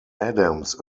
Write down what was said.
adams